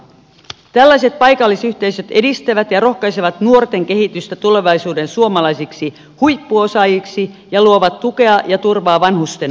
tällaiset paikallisyhteisöt edistävät ja rohkaisevat nuorten kehitystä tulevaisuuden suomalaisiksi huippuosaajiksi ja luovat tukea ja turvaa vanhusten arkeen